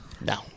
No